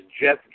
Jeff